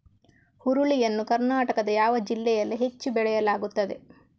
ಹುರುಳಿ ಯನ್ನು ಕರ್ನಾಟಕದ ಯಾವ ಜಿಲ್ಲೆಯಲ್ಲಿ ಹೆಚ್ಚು ಬೆಳೆಯಲಾಗುತ್ತದೆ?